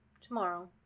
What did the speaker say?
tomorrow